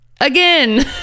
again